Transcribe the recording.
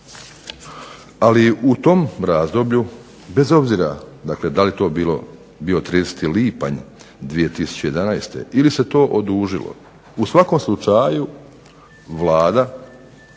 Ali u tom razdoblju bez obzira da li to bio 30. lipanj 2011. ili se to odužilo u svakom slučaju Vlada,